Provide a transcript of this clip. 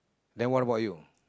then what about you